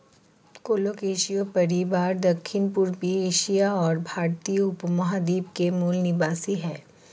colocasia परिवार दक्षिणपूर्वी Asia और भारतीय उपमहाद्वीप के मूल निवासी है